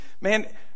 Man